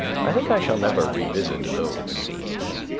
i think i shall never revisit those scenes.